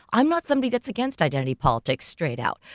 i'm not somebody that's against identity politics straight out.